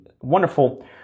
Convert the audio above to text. wonderful